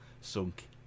sunk